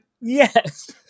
Yes